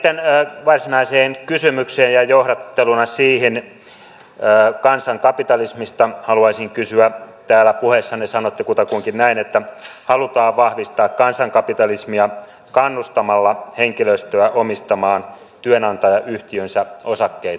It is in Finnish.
sitten varsinaiseen kysymykseen ja johdatteluna siihen kansankapitalismista haluaisin kysyä se kun puheessanne sanoitte kutakuinkin näin että halutaan vahvistaa kansankapitalismia kannustamalla henkilöstöä omistamaan työnantajayhtiönsä osakkeita